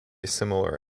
similar